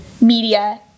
media